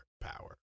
power